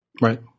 Right